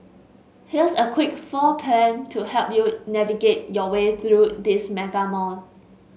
here's a quick floor plan to help you navigate your way through this mega mall